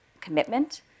commitment